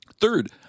Third